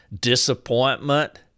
disappointment